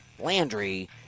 Landry